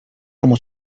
como